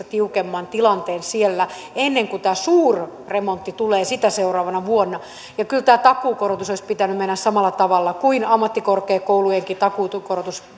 tiukemman tilanteen siellä ennen kuin tämä suurremontti tulee sitä seuraavana vuonna kyllä tämän takuukorotuksen olisi pitänyt mennä samalla tavalla kuin meni ammattikorkeakoulujenkin takuukorotus